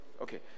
Okay